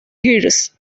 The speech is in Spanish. girls